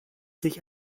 sich